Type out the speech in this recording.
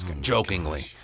jokingly